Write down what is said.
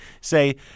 say